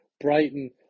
Brighton